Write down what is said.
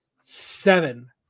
seven